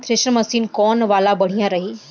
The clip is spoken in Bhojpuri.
थ्रेशर मशीन कौन वाला बढ़िया रही?